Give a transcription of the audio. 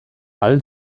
all